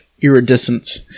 iridescence